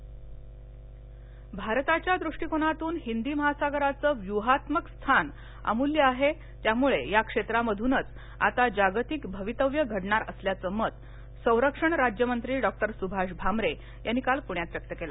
भामरे भारताच्या दृष्टीकोनातून हिंदी महासागराचं व्यूहात्मक स्थान अमूल्य आहे त्यामुळं या क्षेत्रामधूनच आता जागतिक भवितव्य घडणार असल्याचं मत संरक्षणराज्य मंत्री डॉक्टर सुभाष भामरे यांनी काल पुण्यात व्यक्त केलं